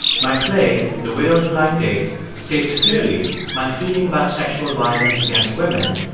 my play, the widow's blind date, states clearly my feeling about sexual violence against women,